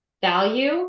value